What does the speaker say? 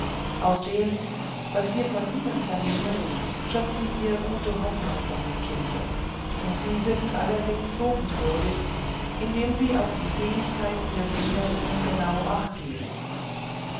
aus dem was wir von ihnen vernehmen schöpfen wir gute hoffnung von dem kinde und sie sind allerdings lobenswürdig indem sie auf die fähigkeiten der schülerinnen genau achtgeben